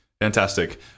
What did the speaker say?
Fantastic